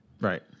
Right